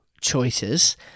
choices